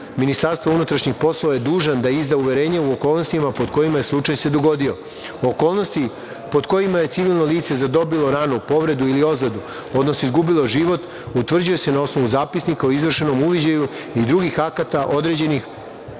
odnosno organ MUP je dužan da izda uverenje u okolnostima pod kojima se slučaj dogodio. Okolnosti pod kojima je civilno lice zadobilo ranu povredu ili ozledu, odnosno izgubilo život, utvrđuje se na osnovu zapisnika o izvršenom uviđaju i drugih akata određenih